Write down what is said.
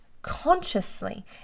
consciously